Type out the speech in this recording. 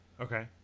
Okay